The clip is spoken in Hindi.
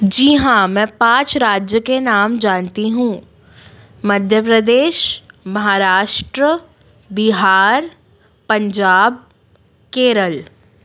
जी हाँ मैं पाँच राज्य के नाम जानती हूँ मध्य प्रदेश महाराष्ट्र बिहार पंजाब केरल